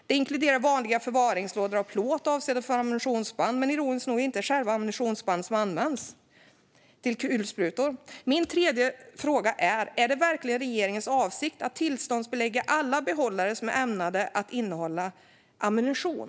Det inkluderar vanliga förvaringslådor av plåt avsedda för ammunitionsband men ironiskt nog inte själva ammunitionsbanden som används till kulsprutor. Min tredje fråga: Är det verkligen regeringens avsikt att tillståndsbelägga alla behållare som är ämnade att innehålla ammunition?